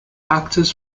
actors